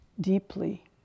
deeply